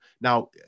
Now